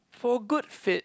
for a good fit